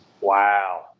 Wow